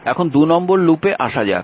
এখন 2 নম্বর লুপে আসা যাক